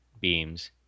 beams